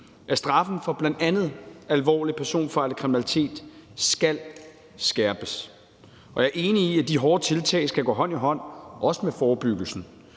at straffen for bl.a. alvorlig personfarlig kriminalitet skal skærpes, og jeg er enig i, at de hårde tiltag skal gå hånd i hånd med forebyggelsen.